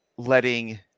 letting